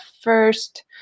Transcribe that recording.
first